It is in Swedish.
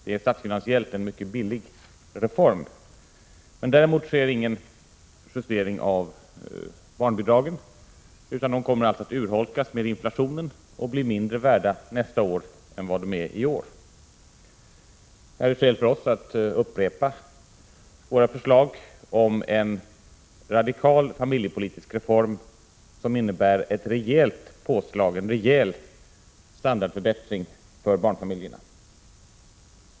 Det är statsfinansiellt en mycket billig reform. Däremot sker ingen justering av barnbidragen, utan de kommer alltså att urholkas i takt med inflationen och bli mindre värda nästa år än vad de är i år. Därför har vi valt att upprepa våra förslag om en radikal familjepolitisk reform som innebär ett rejält påslag och er rejäl standardförbättring för barnfamiljerna.